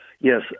Yes